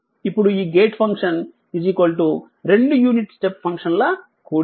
ఇప్పుడు ఈ gate function రెండు యూనిట్ స్టెప్ ఫంక్షన్ల కూడిక